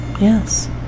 Yes